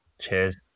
Cheers